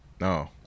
No